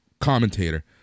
commentator